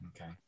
Okay